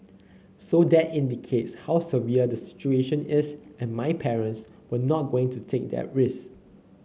so that indicates how severe the situation is and my parents were not going to take that risk